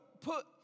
put